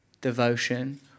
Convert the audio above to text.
devotion